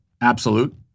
absolute